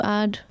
add